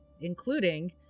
including